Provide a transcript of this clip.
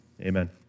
amen